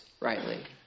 Rightly